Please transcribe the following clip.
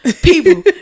people